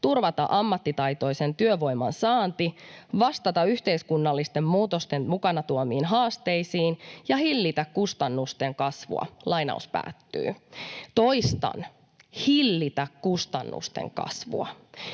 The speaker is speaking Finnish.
turvata ammattitaitoisen työvoiman saanti, vastata yhteiskunnallisten muutosten mukanaan tuomiin haasteisiin ja hillitä kustannusten kasvua.” Toistan: ”hillitä kustannusten kasvua”.